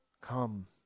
come